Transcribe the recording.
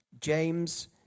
James